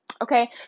Okay